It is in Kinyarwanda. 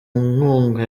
nkunga